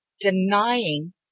denying